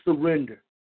surrender